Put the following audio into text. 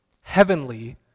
heavenly